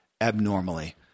abnormally